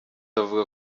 avuga